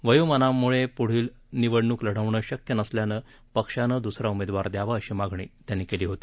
वयोमानाम्ळे प्ढील निवडणूक लढवणं शक्य नसल्यानं पक्षानं द्सरा उमेदवार द्यावा अशी मागणी त्यांनी केली होती